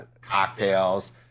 cocktails